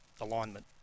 Alignment